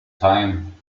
time